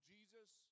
Jesus